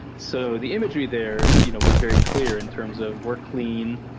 so the imagery there you know was very clear in terms of, we're clean,